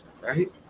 right